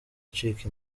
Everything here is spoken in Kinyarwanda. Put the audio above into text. acika